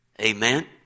Amen